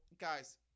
guys